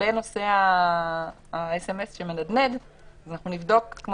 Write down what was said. לגבי הסמ"ס שמנדנד, נבדוק.